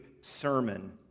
sermon